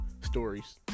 stories